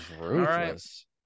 ruthless